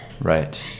Right